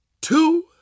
two